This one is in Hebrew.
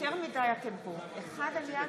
אלי אבידר,